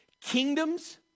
kingdoms